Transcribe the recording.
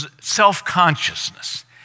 self-consciousness